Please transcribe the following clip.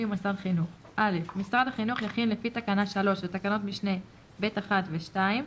מוסד חינוך 13. משרד החינוך יכין לפי תקנה 3 ותקנות משנה (ב)(1) ו-(2)